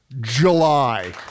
July